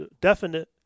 definite